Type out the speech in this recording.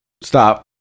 stop